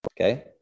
Okay